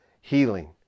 healing